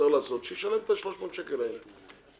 שישלם את 300 השקלים האלה,